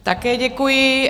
Také děkuji.